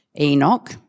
Enoch